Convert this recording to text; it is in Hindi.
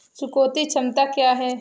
चुकौती क्षमता क्या है?